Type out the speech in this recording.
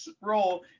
role